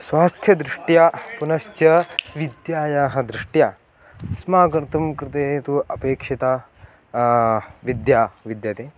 स्वास्थ्यदृष्ट्या पुनश्च विद्यायाः दृष्ट्या अस्माकं कृते तु अपेक्षिता विद्या विद्यते